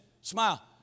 Smile